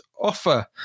offer